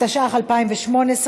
התשע"ח 2018,